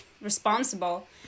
responsible